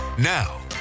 now